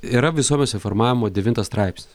yra visuomenės informavimo devintas straipsnis